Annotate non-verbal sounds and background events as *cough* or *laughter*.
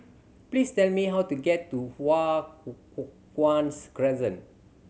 please tell me how to get to Hua *hesitation* Guan Crescent